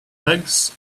legs